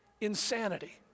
Insanity